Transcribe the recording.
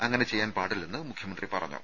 അങ്ങനെ ചെയ്യാൻ പാടില്ലെന്ന് മുഖ്യമന്ത്രി പറഞ്ഞു